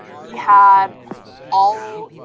he had all